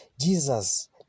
Jesus